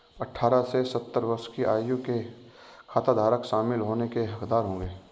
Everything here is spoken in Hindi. अठारह से सत्तर वर्ष की आयु के खाताधारक शामिल होने के हकदार होंगे